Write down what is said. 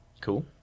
Cool